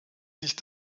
sich